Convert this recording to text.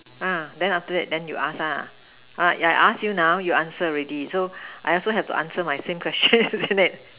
then after that then you ask lah I ask you now you answer already so I also have to answer my same question isn't it